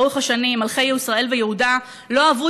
לאורך השנים מלכי ישראל ויהודה לא אהבו